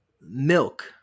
Milk